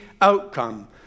outcome